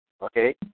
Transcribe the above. okay